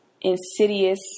insidious